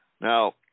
Now